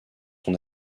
son